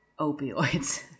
opioids